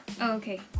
Okay